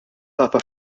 papa